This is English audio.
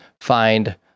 find